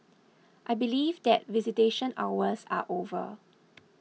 I believe that visitation hours are over